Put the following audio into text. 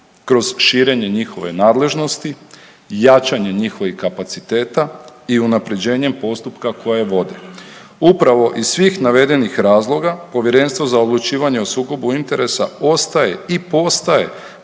Kroz širenje njihove nadležnosti, jačanje njihovih kapaciteta i unapređenjem postupka koje vode. Upravo iz svih navedenih razloga Povjerenstvo za odlučivanje o sukobu interesa ostaje i postaje